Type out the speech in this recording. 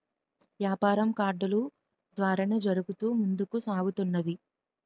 యాపారం కార్డులు ద్వారానే జరుగుతూ ముందుకు సాగుతున్నది